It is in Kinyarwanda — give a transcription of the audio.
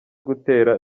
gutera